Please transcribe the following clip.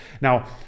now